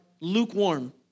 lukewarm